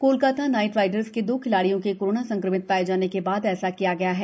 Kolkata Knight Riders के दो खिलाडियों के कोरोना संक्रमित शाये जाने के बाद ऐसा किया गया है